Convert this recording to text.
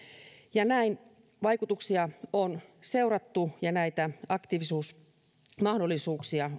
ja näin vaikutuksia on seurattu ja näitä aktiivisuusmahdollisuuksia